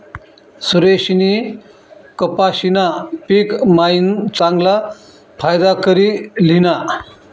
सुरेशनी कपाशीना पिक मायीन चांगला फायदा करी ल्हिना